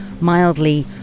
mildly